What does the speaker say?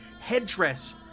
headdress